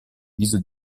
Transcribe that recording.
viso